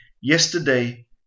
yesterday